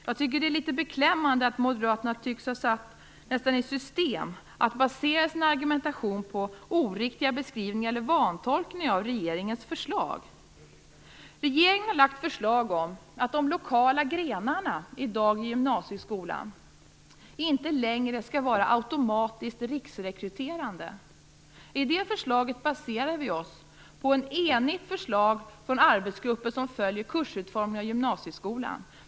Jag tycker att det är litet beklämmande att moderaterna nästan tycks ha satt i system att basera sin argumentation på oriktiga beskrivningar eller vantolkningar av regeringens förslag. Regeringen har lagt fram förslag om att de lokala grenarna i gymnasieskolan i dag inte längre skall vara automatiskt riksrekryterande. I det förslaget baserar vi oss på ett enigt förslag från arbetsgruppen som följer kursutformningen av gymnasieskolan.